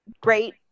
great